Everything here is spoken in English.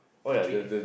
for three day